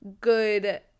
good